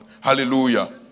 Hallelujah